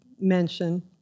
mention